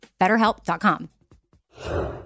BetterHelp.com